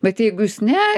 bet jeigu jis ne